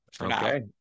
okay